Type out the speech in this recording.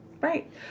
Right